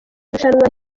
irushanwa